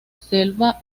selva